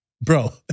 Bro